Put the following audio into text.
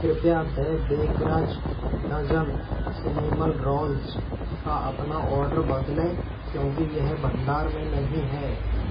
कृपया the baker's dozen cinnamon rolls का अपना ऑर्डर बदलें क्योंकि यह भंडार में नहीं है